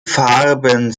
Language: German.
farben